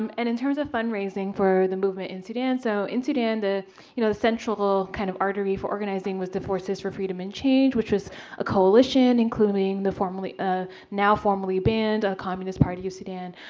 um and in terms of fundraising for the movement in sudan, so in sudan, the you know the central kind of artery for organizing was the forces for freedom and change, which was a coalition including the ah now formerly banned communist party of sudan